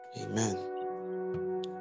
Amen